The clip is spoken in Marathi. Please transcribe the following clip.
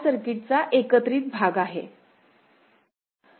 हा सर्किटचा एकत्रित भाग आहे